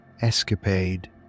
escapade